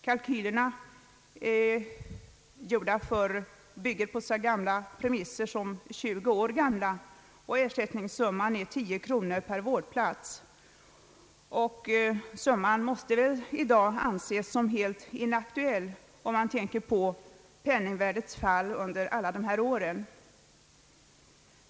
Kalkylerna bygger på 20 år gamla premisser, och ersättningssumman är 10 kronor per vårdplats. Den summan måste anses helt inaktuell om man tänker på penningvärdets fall under alla dessa år.